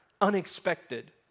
unexpected